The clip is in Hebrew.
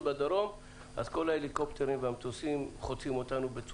בדרום ואז כל ההליקופטרים והמטוסים חוצים אותנו.